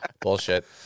bullshit